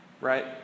Right